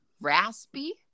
raspy